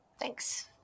thanks